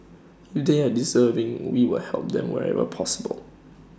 if they have deserving we will help them wherever possible